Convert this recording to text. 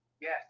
Yes